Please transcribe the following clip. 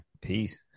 Peace